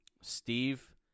Steve